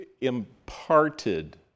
imparted